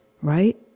right